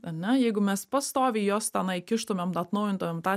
ane jeigu mes pastoviai į jos tenai kištumėm atnaujintumėm tą